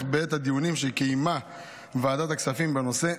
בעת הדיונים שקיימה ועדת הכספים בנושא,